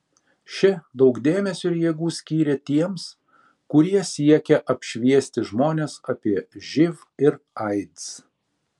ši daug dėmesio ir jėgų skyrė tiems kurie siekia apšviesti žmones apie živ ir aids